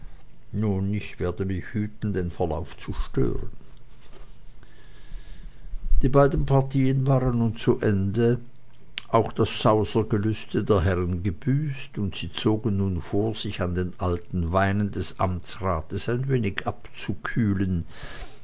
ich werde mich hüten den verlauf zu stören die beiden partien waren nun zu ende auch das sausergelüste der herren gebüßt und sie zogen nun vor sich an den alten weinen des amtsrates ein wenig abzukühlen